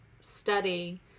study